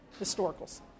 historicals